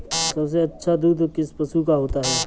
सबसे अच्छा दूध किस पशु का होता है?